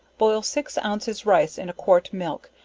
boil six ounces rice in a quart milk,